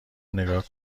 نگاه